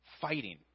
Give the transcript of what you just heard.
fighting